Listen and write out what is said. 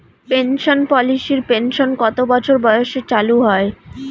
Pension পলিসির pension কত বছর বয়সে চালু হয়?